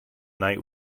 night